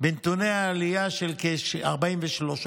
בנתוני העלייה, כ-43%.